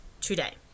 today